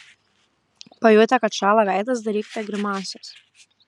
pajutę kad šąla veidas darykite grimasas